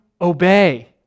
obey